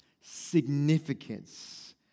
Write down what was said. Significance